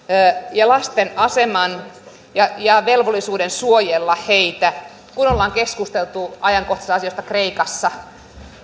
ja lasten asemaan ja ja velvollisuuteen suojella heitä kun on keskusteltu ajankohtaisista asioista kreikassa